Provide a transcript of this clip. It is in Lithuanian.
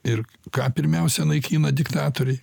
ir ką pirmiausia naikina diktatoriai